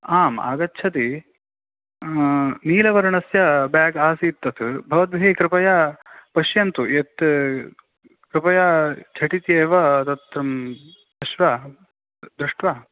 आम् आगच्छति नीलवर्णस्य बेग् आसीत् तत् भवद्भिः कृपया पश्यन्तु यत् कृपया झटिति एव तत् दृष्ट्वा दृष्ट्वा